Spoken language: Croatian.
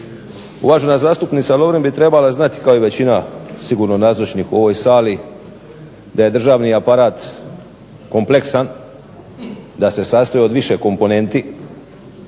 Uvažena zastupnica Lovrin bi trebala znati kao i većina sigurno nazočnih u ovoj sali da je državni aparat kompleksan i da se sastoji od više komponenti